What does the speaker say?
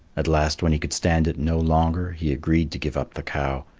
at last, when he could stand it no longer, he agreed to give up the cow,